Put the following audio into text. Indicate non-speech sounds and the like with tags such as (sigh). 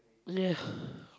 yeah (breath)